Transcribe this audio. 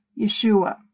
Yeshua